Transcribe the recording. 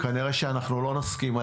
שיכול לפסוק פיצויים.